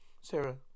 Sarah